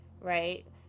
Right